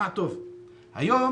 היום,